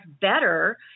better